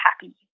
happy